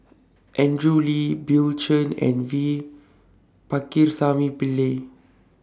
Andrew Lee Bill Chen and V Pakirisamy Pillai